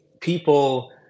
people